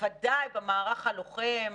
בוודאי במערך הלוחם,